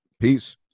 Peace